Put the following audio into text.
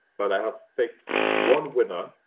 but i have picked one winner!